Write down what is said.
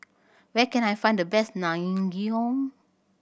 where can I find the best Naengmyeon